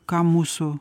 ką mūsų